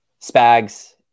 spags